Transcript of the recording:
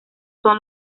son